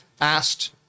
asked